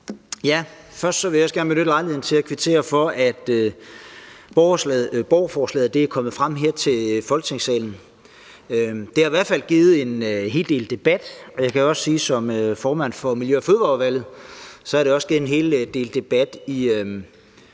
Først vil jeg også gerne benytte lejligheden til at kvittere for, at borgerforslaget er nået frem her til Folketingssalen. Det har i hvert fald givet en hel del debat, og jeg kan sige som formand for Miljø- og Fødevareudvalget, at det også har givet en hel del debat